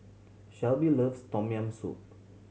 Shelby loves Tom Yam Soup